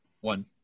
One